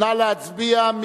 נא להצביע.